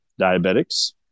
diabetics